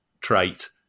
trait